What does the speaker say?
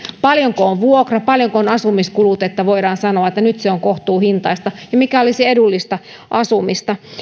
paljonko on vuokra paljonko ovat asumiskulut että voidaan sanoa että nyt se on kohtuuhintaista ja mikä olisi edullista asumista